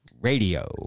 radio